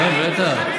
כן, בטח.